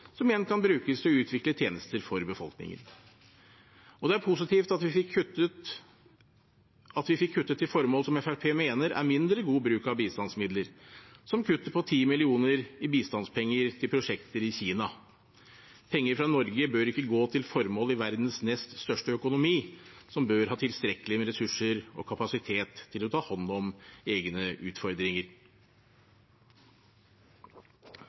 som igjen kan brukes til å utvikle tjenester for befolkningen. Det er positivt at vi fikk kuttet til formål som Fremskrittspartiet mener er mindre god bruk av bistandsmidler, som kuttet på 10 mill. kr i bistandspenger til prosjekter i Kina. Penger fra Norge bør ikke gå til formål i verdens nest største økonomi, som bør ha tilstrekkelig med ressurser og kapasitet til å ta hånd om egne utfordringer.